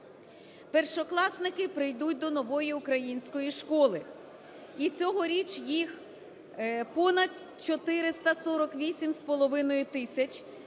Першокласники прийдуть до нової української школи. І цьогоріч їх понад 448,5 тисяч.